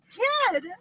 kid